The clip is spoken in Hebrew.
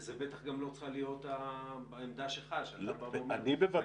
וזו בטח גם לא צריכה להיות העמדה שלך -- אני בוודאי שלא.